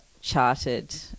charted